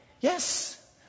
Yes